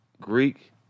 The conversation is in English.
Greek